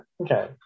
Okay